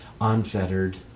unfettered